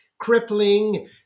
crippling